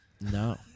No